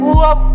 Whoa